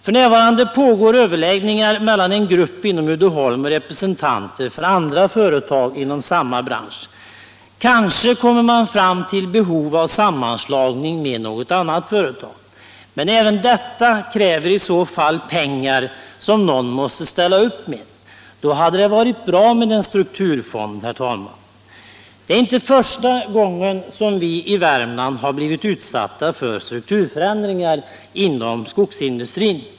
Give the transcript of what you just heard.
F.n. pågår överläggningar mellan en grupp inom Uddeholm och representanter för andra företag inom samma bransch. Kanske kommer man fram till behov av sammanslagning med något annat företag. Men även detta kräver i så fall pengar som någon måste ställa upp med. Då hade det varit bra med en strukturfond. Herr talman! Det är inte första gången som vi i Värmland har blivit utsatta för strukturförändringar inom skogsindustrin.